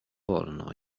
wolno